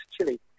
chili